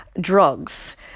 drugs